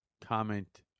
comment